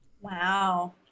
Wow